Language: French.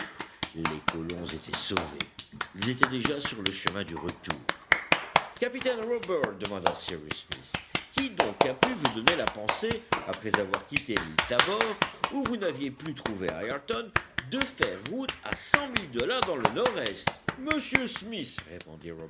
les colons étaient sauvés ils étaient déjà sur le chemin du retour capitaine robert demanda cyrus smith qui donc a pu vous donner la pensée après avoir quitté l'île tabor où vous n'aviez plus trouvé ayrton de faire route à cent milles de là dans le nordest monsieur smith